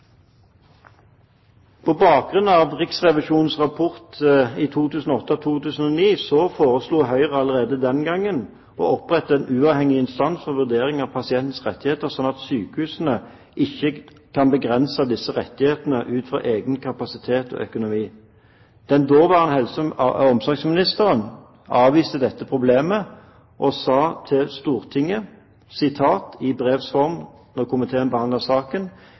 På bakgrunn av Riksrevisjonens rapport i 2008–2009 foreslo Høyre allerede den gangen å opprette en uavhengig instans for vurdering av pasientens rettigheter, sånn at sykehusene ikke kan begrense disse rettighetene ut fra egen kapasitet og økonomi. Den daværende helse- og omsorgsministeren avviste dette problemet og sa til Stortinget, i brevs form, da komiteen behandlet saken: